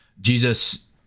Jesus